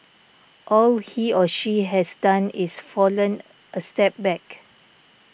all he or she has done is fallen a step back